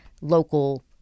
local